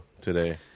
today